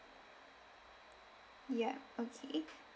ya okay